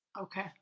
Okay